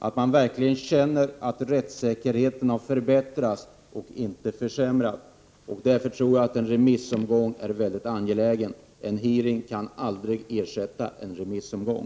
Man skall verkligen känna att rättssäkerheten har förbättrats och inte försämrats. Därför tror jag att en remissomgång är mycket angelägen. En hearing kan aldrig ersätta en remissomgång.